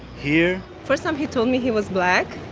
here. first time he told me he was black,